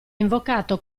invocato